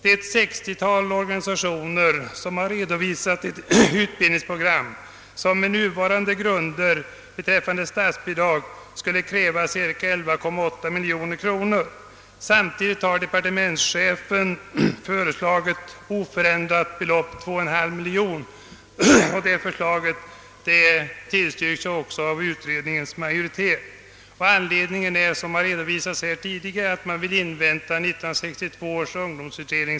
Ett sextiotal organisationer har redovisat ett utbildningsprogram, som enligt nuvarande grunder för statsbidrag skulle kräva cirka 11,8 miljoner kronor. Samtidigt har departementschefen föreslagit ett oförändrat statsbidrag på 2,5 miljoner kronor vilket också tillstyrkts av utskottets majoritet. Anledningen till detta förslag är, såsom tidigare i dag har redovisats, att man vill invänta resultatet av 1962 års ungdomsutredning.